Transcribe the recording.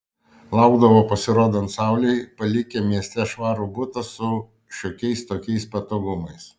laukdavo pasirodant saulei palikę mieste švarų butą su šiokiais tokiais patogumais